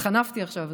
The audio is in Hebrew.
התחנפתי עכשיו.